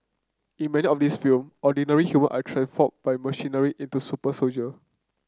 in many of these film ordinary human are transformed by machinery into super soldier